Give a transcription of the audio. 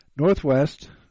Northwest